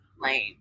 lane